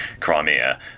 Crimea